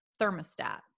thermostat